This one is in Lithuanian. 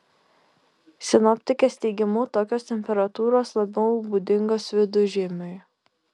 sinoptikės teigimu tokios temperatūros labiau būdingos vidužiemiui